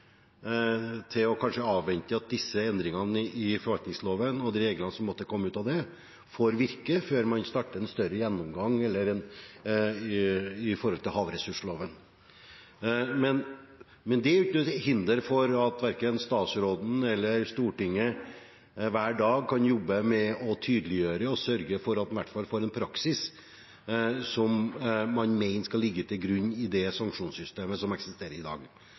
til kanskje å avvente at disse endringene i forvaltningsloven og de reglene som måtte komme ut av det, får virke før man starter en større gjennomgang av havressursloven. Men det er ikke noe til hinder for at statsråden eller Stortinget hver dag kan jobbe med å tydeliggjøre og sørge for at en i hvert fall får en praksis som man mener skal ligge til grunn i det sanksjonssystemet som eksisterer i dag.